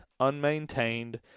unmaintained